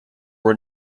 were